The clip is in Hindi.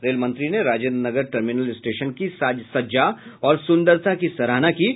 रेल मंत्री ने राजेन्द्र नगर टर्मिनल स्टेशन की साज सज्जा और सुंदरता की सराहना की है